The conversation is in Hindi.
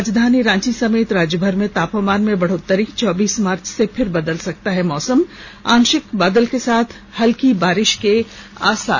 राजधानी रांची समेत राज्यभर में तापमान में बढ़ोत्तरी चौबीस मार्च से फिर बदल सकता है मौसम आंशिक बादल के साथ हल्की बारिश के आसार